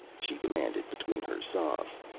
she demanded between her sobs.